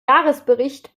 jahresbericht